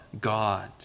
God